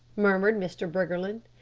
murmured mr. briggerland.